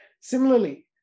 Similarly